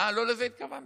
אה, לא לזה התכוונתם?